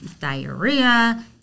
diarrhea